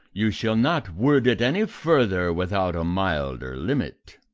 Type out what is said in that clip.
you shall not word it any further without a milder limit.